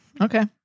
okay